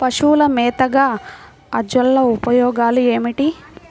పశువుల మేతగా అజొల్ల ఉపయోగాలు ఏమిటి?